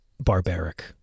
barbaric